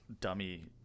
dummy